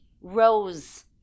rose